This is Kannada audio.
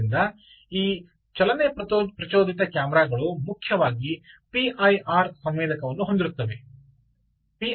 ಆದ್ದರಿಂದ ಈ ಚಲನೆ ಪ್ರಚೋದಿತ ಕ್ಯಾಮೆರಾ ಗಳು ಮುಖ್ಯವಾಗಿ ಪಿಐಆರ್ ಸಂವೇದಕವನ್ನು ಹೊಂದಿರುತ್ತವೆ